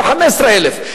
ב-15,000.